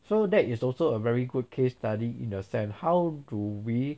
so that is also a very good case study in a sense how do we